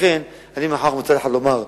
לכן, מצד אחד אני אומר,